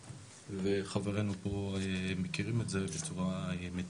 וחברינו פה מכירים את זה בצורה מיטבית.